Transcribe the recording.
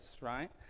right